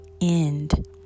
end